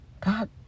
God